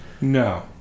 No